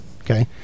okay